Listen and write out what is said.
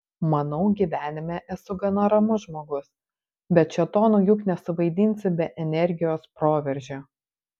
manau gyvenime esu gana ramus žmogus bet šėtono juk nesuvaidinsi be energijos proveržio